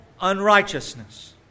unrighteousness